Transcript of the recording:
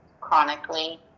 chronically